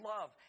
love